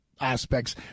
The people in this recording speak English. aspects